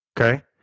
Okay